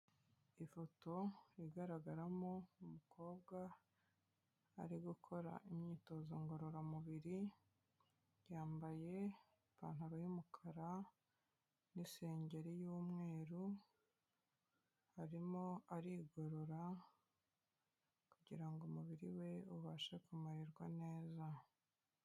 Ifoto igaragaramo umukobwa ari gukora imyitozo ngororamubiri, yambaye ipantaro y'umukara n'isengeri y'umweru, arimo arigorora kugira ngo umubiri we ubashe kumererwa neza.